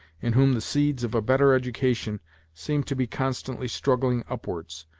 in whom the seeds of a better education seemed to be constantly struggling upwards,